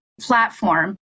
platform